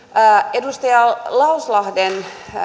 edustaja lauslahden